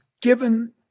given